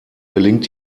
gelingt